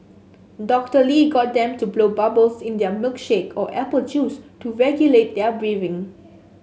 Doctor Lee got them to blow bubbles in their milkshake or apple juice to regulate their breathing